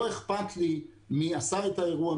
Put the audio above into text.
לא אכפת לי מי עשה את האירוע,